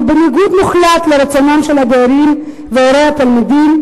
בניגוד מוחלט לרצונם של הדיירים והורי התלמידים,